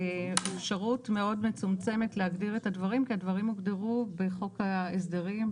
אפשרות מאוד מצומצמת להגדיר את הדברים כי הדברים הוגדרו בחוק ההסדרים,